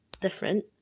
different